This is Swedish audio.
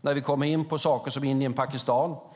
När vi kommer in på länder som Indien, Pakistan och